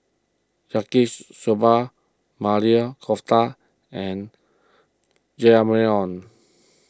Yaki Soba Maili Kofta and Jajangmyeon